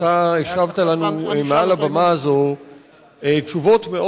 אתה השבת לנו מעל הבמה הזו תשובות מאוד